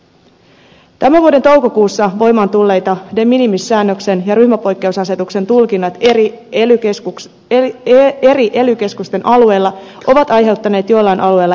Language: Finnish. tämän vuoden toukokuussa voimaan tulleiden de minimis säännön ja ryhmäpoikkeusasetuksen tulkinnat eri ely keskusten alueella ovat aiheuttaneet joillain alueilla epävarmuutta